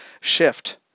shift